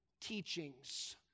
teachings